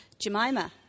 Jemima